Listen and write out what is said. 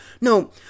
No